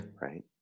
right